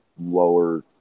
lower